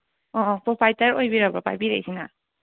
ꯑꯣ ꯑꯣ ꯄꯣꯄꯥꯏꯇꯔ ꯑꯣꯏꯕꯤꯕꯔꯕꯣ ꯄꯥꯏꯕꯤꯔꯛꯏꯁꯤꯅ